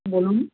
বলুন